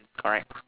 alright